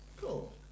cool